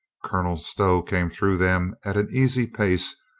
colonel stow came through them at an easy pace,